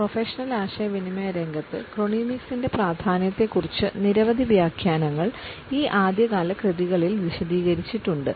professional ആശയവിനിമയ രംഗത്ത് ക്രോണമിക്സ്ൻറെ പ്രാധാന്യത്തെക്കുറിച്ച് നിരവധി വ്യാഖ്യാനങ്ങൾ ഈ ആദ്യകാല കൃതികളിൽ വിശദീകരിച്ചിട്ടുണ്ട്